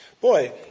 Boy